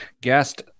guest